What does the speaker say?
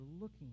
looking